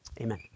amen